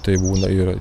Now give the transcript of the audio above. tai būna ir